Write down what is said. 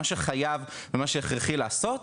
מה שחייב ומה שהכרחי לעשות,